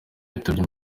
yitabye